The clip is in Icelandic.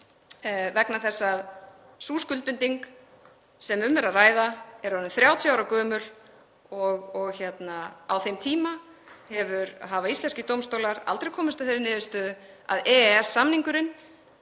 vegna þess að sú skuldbinding sem um er að ræða er orðin 30 ára gömul og á þeim tíma hafa íslenskir dómstólar aldrei komist að þeirri niðurstöðu að EES-samningurinn